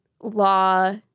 law